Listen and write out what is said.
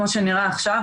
כמו שנראה עכשיו,